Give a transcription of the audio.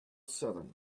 seven